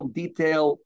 detail